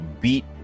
beat